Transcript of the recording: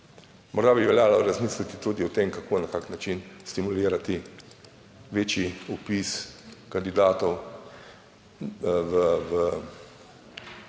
morda bi veljalo razmisliti tudi o tem, kako, na kakšen način stimulirati večji vpis kandidatov za